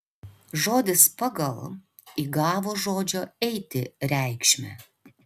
žodis pagal įgavo žodžio eiti reikšmę